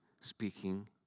speaking